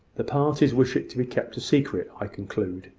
the parties wish it to be kept a secret, i conclude,